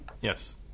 yes